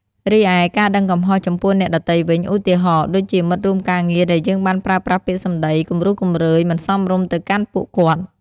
រីឯ ការដឹងកំហុសចំពោះអ្នកដទៃវិញ ឧទាហរណ៍ ដូចជាមិត្តរួមការងារដែលយើងបានប្រើប្រាស់ពាក្យសម្ដីគំរោះគំរើយមិនសមរម្យទៅកាន់ពួកគាត់។